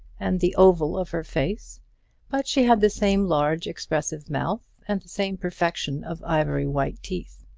and the oval of her face but she had the same large expressive mouth, and the same perfection of ivory-white teeth.